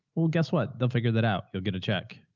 well, guess what? they'll figure that out. you'll get a check.